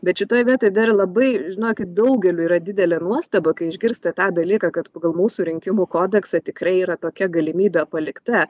bet šitoj vietoj dar labai žinokit daugeliui yra didelė nuostaba kai išgirsta tą dalyką kad pagal mūsų rinkimų kodeksą tikrai yra tokia galimybė palikta